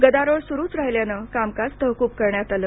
गदारोळ सुरूच राहिल्याने कामकाज तहकूब करण्यात आलं